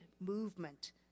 movement